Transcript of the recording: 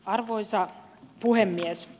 arvoisa puhemies